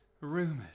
rumors